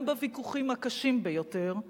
גם בוויכוחים הקשים ביותר,